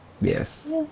Yes